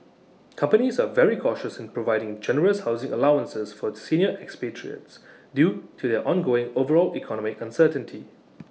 companies are very cautious in providing generous housing allowances for senior expatriates due to the ongoing overall economic uncertainty